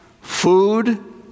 Food